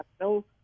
no